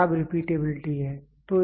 यह खराब रिपीटेबिलिटी है